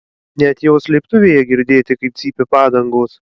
net jos slėptuvėje girdėti kaip cypia padangos